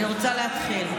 אני רוצה להתחיל.